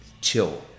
Chill